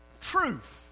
truth